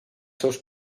seus